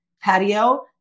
patio